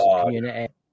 community